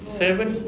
seven